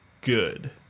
good